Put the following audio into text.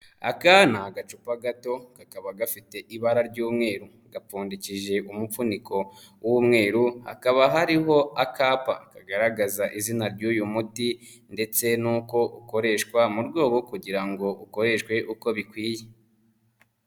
Aka ni agacupa gato kakaba gafite ibara ry'umweru, gapfundikishije umufuniko w'umweru, hakaba hariho akapa kagaragaza izina ry'uyu muti, ndetse n'uko ukoreshwa mu rwego kugira ngo ukoreshwe uko bikwiye.